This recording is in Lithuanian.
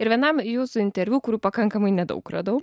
ir vienam jūsų interviu kurių pakankamai nedaug radau